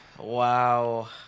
Wow